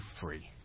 free